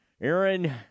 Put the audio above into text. Aaron